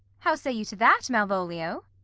how say you to that, malvolio?